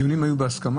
הדיונים היו בהסכמה?